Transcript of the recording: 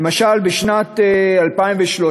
למשל, בשנת 2013,